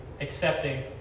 accepting